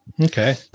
Okay